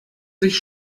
sich